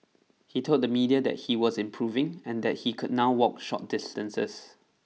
he told the media that he was improving and that he could now walk short distances